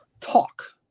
talk